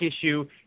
issue